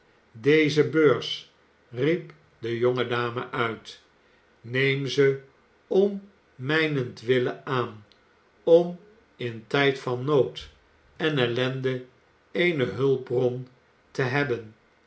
deze beurs riep de jonge dame uit neem ze om mijnentwille aan om in tijd van nood en ellende eene hulpbron te hebben